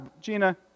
Gina